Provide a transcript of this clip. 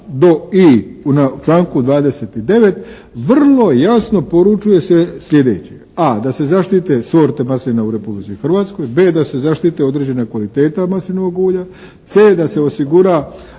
do i) na članku 29. vrlo jasno poručuje se sljedeće, a) da se zaštite sorte maslina u Republici Hrvatskoj, b) da se zaštite određene kvalitete maslinovog ulja, c) da se osigura